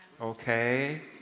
okay